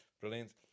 brilliant